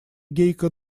гейка